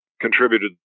contributed